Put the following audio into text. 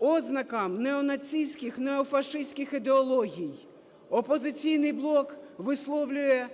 ознакам неонацистських, неофашистських ідеологій. "Опозиційний блок" висловлює